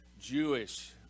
Jewish